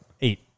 Eight